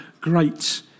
great